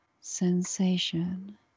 sensation